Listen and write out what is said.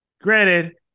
Granted